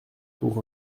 pour